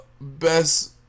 best